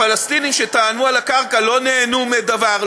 הפלסטינים שטענו על הקרקע לא נהנו מדבר,